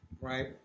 right